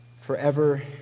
forever